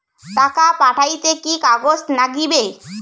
টাকা পাঠাইতে কি কাগজ নাগীবে?